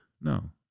No